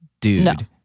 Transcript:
dude